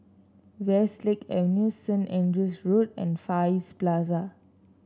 Westlake Avenue Saint Andrew's Road and Far East Plaza